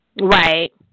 Right